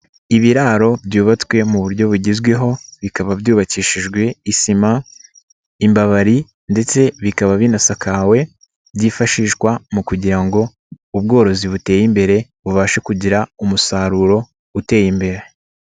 Ibiraro byubatswe mu buryo bugezweho bikaba byubakishijwe isima, imbabari ndetse bikaba binasakawe, byifashishwa mu kugira ngo ubworozi buteye imbere bubashe kugira umusaruro uteye imbere.